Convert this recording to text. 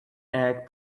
egg